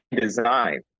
design